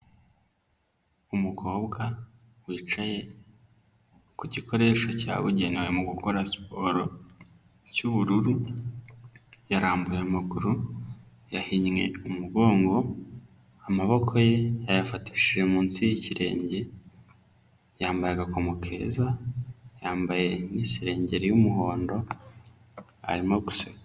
Umukobwa wicaye ku gikoresho cyabugenewe mu gukora siporo cy'ubururu. Yarambuye amaguru, yahinnye umugongo, amaboko ye yayafatishije munsi y'ikirenge, yambaye agakomo keza, yambaye n'isengeri y'umuhondo arimo guseka.